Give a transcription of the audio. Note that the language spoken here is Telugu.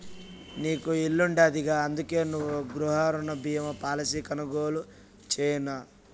నీకు ఇల్లుండాదిగా, అందుకే నువ్వు గృహరుణ బీమా పాలసీ కొనుగోలు చేయన్నా